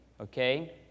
Okay